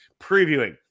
Previewing